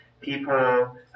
people